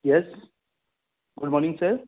yes good morning sir